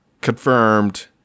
confirmed